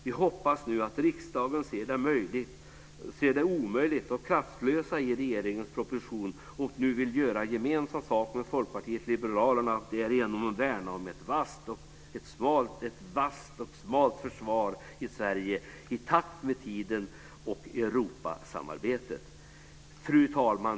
Vi hoppas nu att riksdagen ser det omöjliga och kraftlösa i regeringens proposition och nu vill göra gemensam sak med Folkpartiet liberalerna och därigenom värna om ett vasst och smalt försvar i Sverige i takt med tiden och Europasamarbetet. Fru talman!